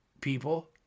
people